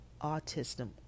autism